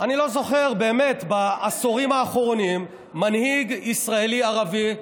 אני לא זוכר בעשורים האחרונים מנהיג ישראלי-ערבי,